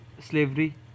slavery